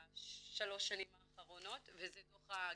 בשלוש השנים האחרונות, וזה דו"ח הגזענות,